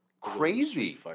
crazy